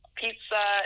pizza